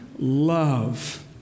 love